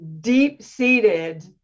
deep-seated